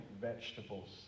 vegetables